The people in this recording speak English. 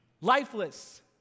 lifeless